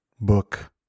book